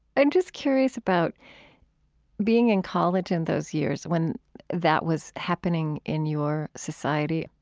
i'm just curious about being in college in those years when that was happening in your society.